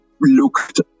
looked